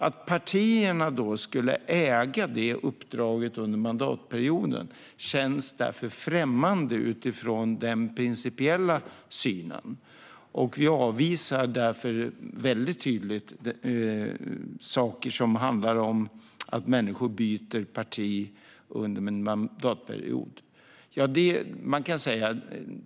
Att partierna då skulle äga uppdraget under mandatperioden känns därför främmande utifrån den principiella synen. Vi avvisar därför tydligt sådant som rör att människor byter parti under en mandatperiod.